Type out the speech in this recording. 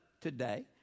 today